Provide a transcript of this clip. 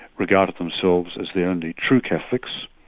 regarded themselves as the only true catholics,